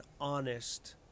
honest